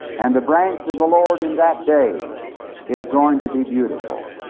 and the branch of the lord in that day is going to be beautiful.